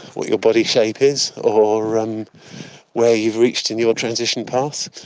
what your body shape is, or um where you've reached in your transition path.